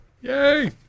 Yay